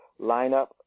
lineup